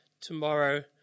tomorrow